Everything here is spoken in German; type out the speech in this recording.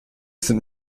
sind